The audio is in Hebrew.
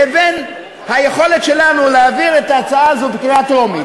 לבין היכולת שלנו להעביר את ההצעה הזאת בקריאה טרומית?